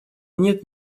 нет